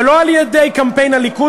ולא על-ידי קמפיין הליכוד,